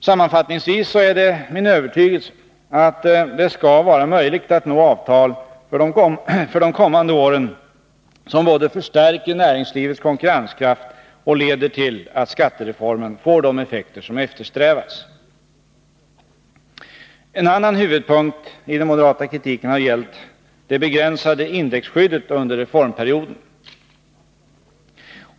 Sammanfattningsvis är det min övertygelse att det skall vara möjligt att träffa avtal för de kommande åren, som både förstärker näringslivets konkurrenskraft och leder till att skattereformen får de effekter som eftersträvas. En annan huvudpunkt i den moderata kritiken har gällt det begränsade indexskyddet under reformperioden.